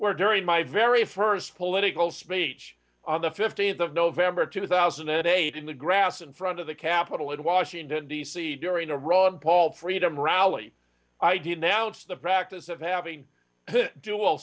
were during my very first political speech on the fifteenth of november two thousand and eight in the grass in front of the capitol in washington d c during a ron paul freedom rally i didn't announce the practice of having d